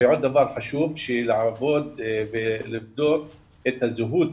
ועוד דבר חשוב, לעבוד ולבדוק את הזהות